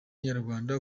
nyarwanda